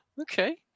Okay